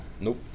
Nope